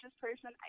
person